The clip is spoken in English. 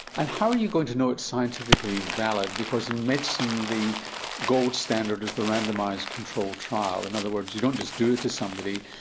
and how are you going to know it's scientifically valid, because in medicine the gold standard is the randomised control trial? in other words, you don't just do it to somebody,